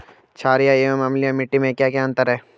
छारीय एवं अम्लीय मिट्टी में क्या क्या अंतर हैं?